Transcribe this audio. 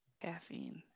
Caffeine